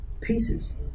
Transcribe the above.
pieces